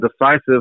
decisive